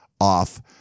off